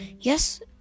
Yes